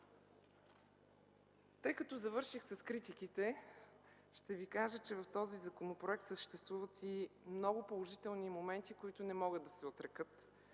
Тъй като завърших с критиките, ще кажа, че в този законопроект съществуват и много положителни моменти, които не могат да се отрекат.